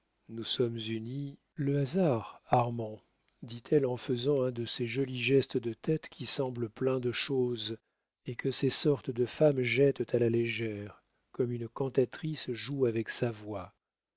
nous sommes unis le hasard armand dit-elle en faisant un de ces jolis gestes de tête qui semblent pleins de choses et que ces sortes de femmes jettent à la légère comme une cantatrice joue avec sa voix